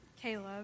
Caleb